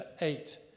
eight